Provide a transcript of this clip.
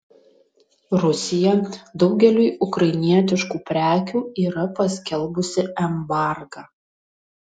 rusija daugeliui ukrainietiškų prekių yra paskelbusi embargą